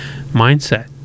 mindset